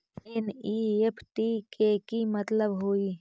NEFT के कि मतलब होइ?